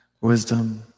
wisdom